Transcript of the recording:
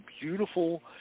beautiful